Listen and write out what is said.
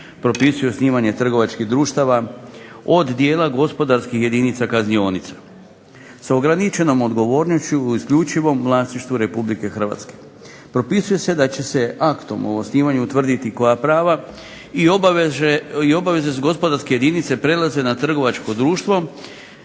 propisuje osnivanje trgovačkih društava od dijela gospodarskih jedinica kaznionice sa ograničenom odgovornošću i u isključivom vlasništvu Republike Hrvatske. Propisuje se da će se aktom o osnivanju utvrditi koja prava i obaveze sa gospodarske jedinice prelaze na trgovačko društvo,